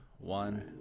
one